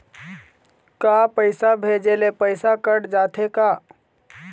का पैसा भेजे ले पैसा कट जाथे का?